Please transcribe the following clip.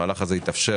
המהלך הזה התאפשר